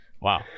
Wow